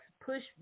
push